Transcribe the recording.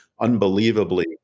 unbelievably